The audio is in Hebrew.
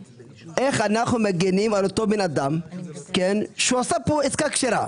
איך אנחנו מגנים על אותו בן אדם שעשה כאן עסקה כשרה.